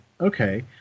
Okay